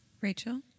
Rachel